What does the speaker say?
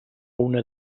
una